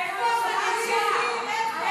איפה הבושה?